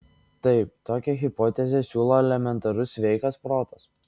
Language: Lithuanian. taip tokią hipotezę siūlo elementarus sveikas protas